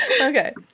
okay